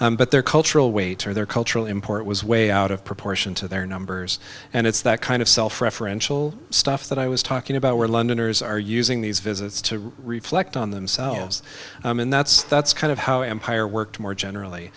really but their cultural weight or their cultural import was way out of proportion to their numbers and it's that kind of self referential stuff that i was talking about where londoners are using these visits to reflect on themselves and that's that's kind of how empire worked more generally